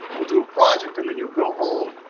we'll do a project, and then you'll go home,